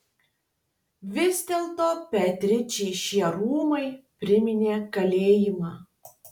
vis dėlto beatričei šie rūmai priminė kalėjimą